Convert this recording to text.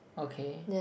okay